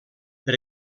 per